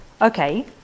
okay